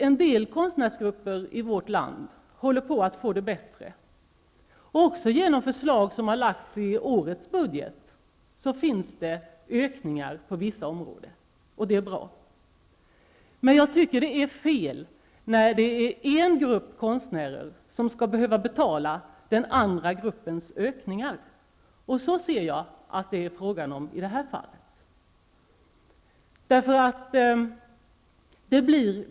En del konstnärsgrupper i vårt land håller på att få det bättre. Också genom förslag som har lagts fram i årets budget blir det ökningar på vissa områden, och det är bra. Men jag tycker det är fel när en grupp konstnärer skall behöva betala en annan grupps ökningar, och i det här fallet anser jag att förslaget slår så.